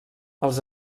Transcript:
els